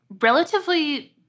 relatively